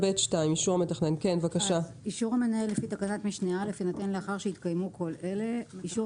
אישור המנהל לפי תקנת משנה (א) יינתן לאחר שהתקיימו כל אלה: אישור